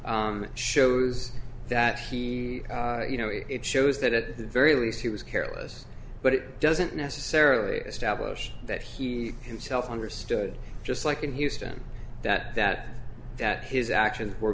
shows that he you know it shows that at the very least he was careless but it doesn't necessarily establish that he himself understood just like in houston that that that his actions were